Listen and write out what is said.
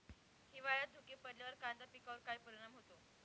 हिवाळ्यात धुके पडल्यावर कांदा पिकावर काय परिणाम होतो?